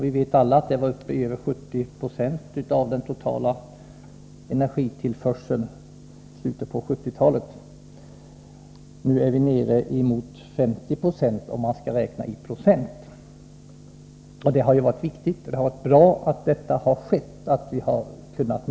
Vi vet alla att detta i slutet på 1970-talet var uppe i 70 96 av den totala energitillförseln. Nu är oljeberoendet nere i ca 50 96, och det är bra att denna minskning har skett.